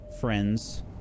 friends